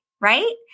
right